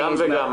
גם וגם.